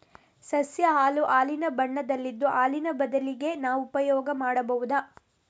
ಸಸ್ಯ ಹಾಲು ಹಾಲಿನ ಬಣ್ಣದಲ್ಲಿದ್ದು ಹಾಲಿನ ಬದಲಿಗೆ ನಾವು ಉಪಯೋಗ ಮಾಡ್ಬಹುದು